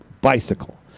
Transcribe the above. bicycle